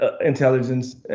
intelligence